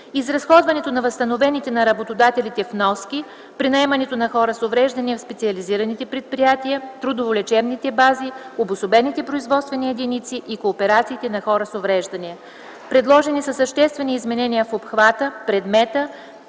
изразходването на възстановените на работодателите вноски при наемането на хора с увреждания в специализираните предприятия, трудово-лечебните бази, обособените производствени единици и кооперациите на хората с увреждания. Предложени са съществени изменения в обхвата, предмета,